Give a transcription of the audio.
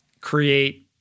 create